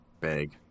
Bag